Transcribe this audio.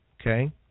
Okay